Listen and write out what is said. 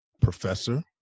professor